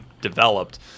developed